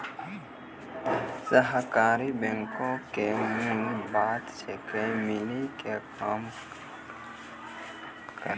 सहकारी बैंको के मूल बात छिकै, मिली के काम करनाय